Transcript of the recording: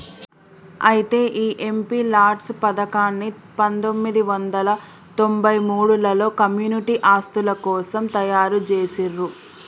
అయితే ఈ MP LADS పథకాన్ని పందొమ్మిది వందల తొంభై మూడులలో కమ్యూనిటీ ఆస్తుల కోసం తయారు జేసిర్రు